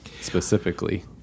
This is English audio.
specifically